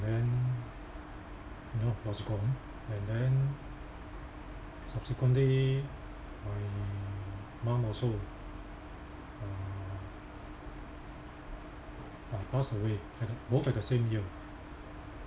then you know was gone and then subsequently my mum also uh have passed away at the both at the same year